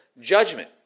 judgment